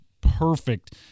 perfect